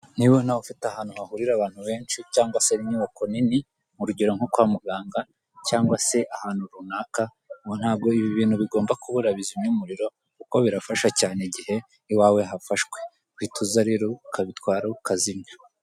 NIba nawe ufite ahantu hahurira abantu benshi cyangwa inyubako nini urugero nko kwa muganga cyangwa se ahantu runaka ntabwo ibi bintu bigomba kubura bizimya umuriro kuko birafasha cyane igihe iwawe hafashwe uhita uza rero ukabitwara ukazimya.